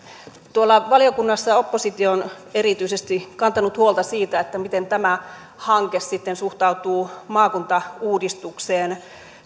valiokunnassa oppositio on erityisesti kantanut huolta siitä miten tämä hanke suhtautuu maakuntauudistukseen